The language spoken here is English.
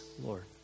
Lord